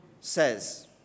says